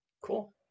cool